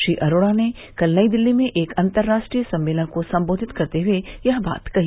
श्री अरोड़ा ने कल नई दिल्ली में एक अन्तर्राष्ट्रीय सम्मेलन को सम्बोधित करते हए यह बात कही